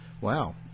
Wow